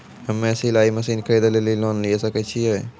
हम्मे सिलाई मसीन खरीदे लेली लोन लिये सकय छियै?